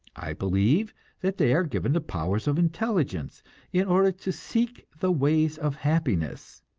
i believe that they are given the powers of intelligence in order to seek the ways of happiness,